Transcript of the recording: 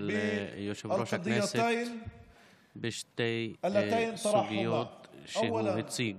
יושב-ראש הכנסת בשתי סוגיות שהוא מציג: